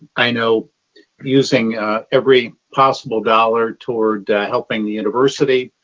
i know using every possible dollar toward helping the university,